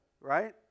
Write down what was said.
right